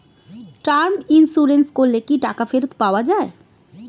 Term insurance করলে কি টাকা ফেরত পাওয়া যায়?